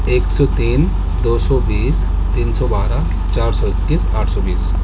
ایک سو تین دو سو بیس تین سو بارہ چار سو اکیس آٹھ سو بیس